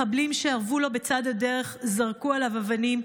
מחבלים שארבו לו בצד הדרך זרקו עליו אבנים.